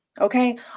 Okay